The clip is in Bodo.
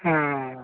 अ